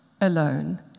alone